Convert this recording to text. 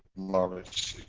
knowledge